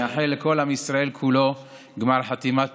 לאחל לכל עם ישראל כולו גמר חתימה טובה,